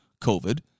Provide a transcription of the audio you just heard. COVID